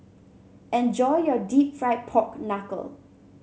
enjoy your deep fried Pork Knuckle